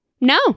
No